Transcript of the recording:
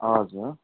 हजुर